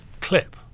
clip